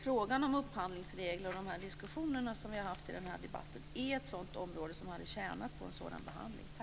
Frågan om upphandlingsregler och de diskussioner som vi har haft i denna debatt är ett sådant område som hade tjänat på en sådan behandling.